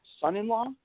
son-in-law